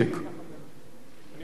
אני